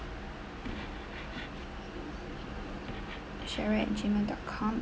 cheryl at gmail dot com